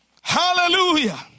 Hallelujah